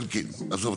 אלקין, עזוב.